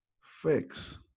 fix